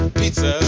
pizza